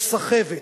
יש סחבת,